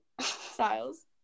Styles